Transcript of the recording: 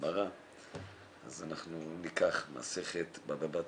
גמרא אז אנחנו ניקח, מסכת בבא בתרא,